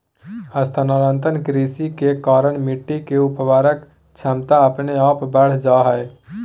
स्थानांतरण कृषि के कारण मिट्टी के उर्वरक क्षमता अपने आप बढ़ जा हय